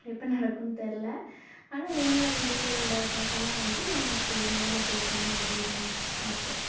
எப்போ நடக்கும்னு தெரில ஆனால் இவங்க ரெண்டு பேரோட பாட்டை தான் வந்து எனக்கு நேரில் கேட்கணும் அப்படிங்கிறது ஆசை